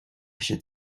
should